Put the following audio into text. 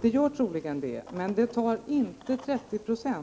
Det gör det troligen, men det är inte fråga om 30 96.